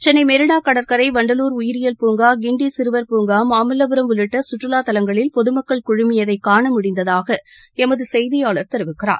சென்னை மெரினா கடற்கரை வண்டலூர் உயிரியல் பூங்கா கிண்டி சிறுவர் பூங்கா மாமல்லபுரம் உள்ளிட்ட கற்றுலாத் தலங்களில் பொதுமக்கள் குழுமியதை காண முடிந்ததாக எமது செய்தியாளர் தெரிவிக்கிறார்